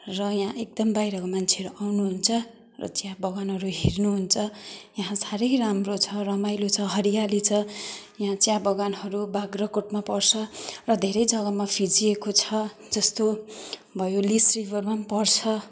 र यहाँ एकदम बाहिरको मान्छेहरू आउनुहुन्छ र चियाबगानहरू हेर्नुहुन्छ यहाँ साह्रै राम्रो छ रमाइलो छ हरियाली छ यहाँ चियाबगानहरू बाग्राकोटमा पर्छ र धेरै जग्गामा फिँजिएको छ जस्तो भयो लिस बगान पर्छ